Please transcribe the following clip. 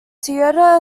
toyota